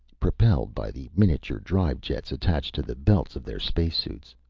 propelled by the miniature drive-jets attached to the belts of their space-suits.